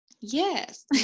Yes